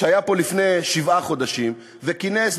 שהיה פה לפני שבעה חודשים וכינס,